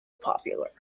popular